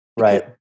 Right